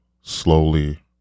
slowly